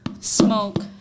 smoke